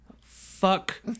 Fuck